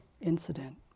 incident